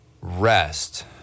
rest